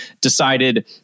decided